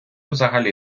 взагалі